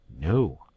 No